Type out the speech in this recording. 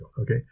okay